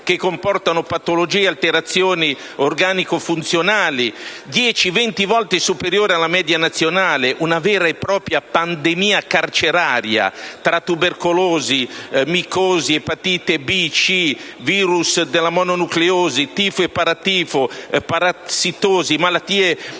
che causano patologie e alterazioni organico-funzionali in un numero di dieci-venti volte superiore alla media nazionale; una vera e propria pandemia carceraria, tra tubercolosi, micosi, epatite B e C, virus della mononucleosi, tifo e paratifo, parassitosi, malattie esotiche,